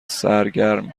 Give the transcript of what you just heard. سرگرم